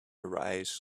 arise